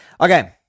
Okay